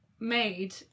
made